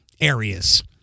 areas